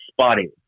spotting